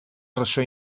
ressò